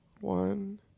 One